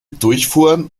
durchfuhren